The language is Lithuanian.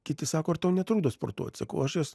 kiti sako ar tau netrukdo sportuot sakau aš jas